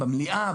במליאה,